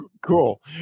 cool